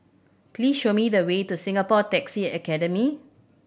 please show me the way to Singapore Taxi Academy